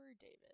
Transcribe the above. David